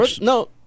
No –